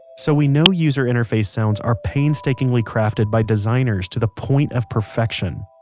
so we know user interface sounds are painstakingly crafted by designers to the point of perfection,